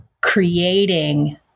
creating